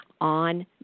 on